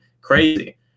crazy